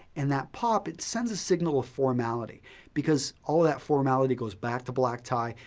and that pop, it sends a signal of formality because all of that formality goes back to black tie,